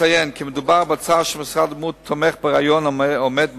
אציין כי מדובר בהצעה שמשרד הבריאות תומך ברעיון העומד מאחוריה,